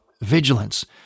vigilance